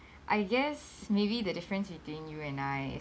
I guess maybe the difference between you and I